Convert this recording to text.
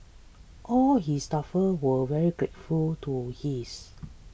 all his staffers were very grateful to this